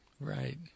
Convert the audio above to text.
right